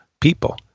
people